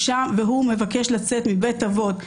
והוא מבקש לצאת מבית אבות,